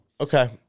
okay